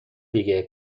دیگه